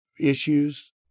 issues